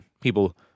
People